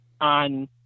on